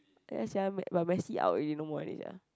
there sia but Messi out already no more already sia